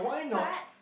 but